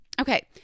okay